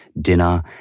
dinner